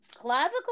clavicle